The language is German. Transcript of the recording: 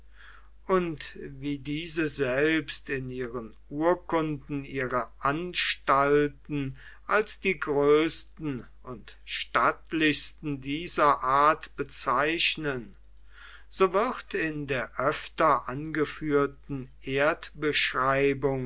und wie diese selbst in ihren urkunden ihre anstalten als die größten und stattlichsten dieser art bezeichnen so wird in der öfter angeführten